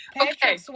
okay